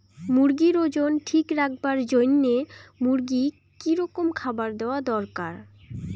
মুরগির ওজন ঠিক রাখবার জইন্যে মূর্গিক কি রকম খাবার দেওয়া দরকার?